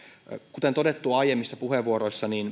kuten todettua aiemmissa puheenvuoroissa